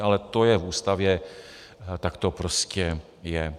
Ale to je v Ústavě a tak to prostě je.